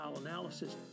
analysis